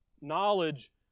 knowledge